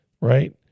right